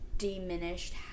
Diminished